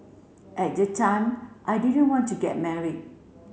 at the time I didn't want to get married